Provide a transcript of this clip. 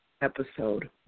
episode